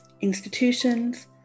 institutions